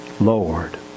Lord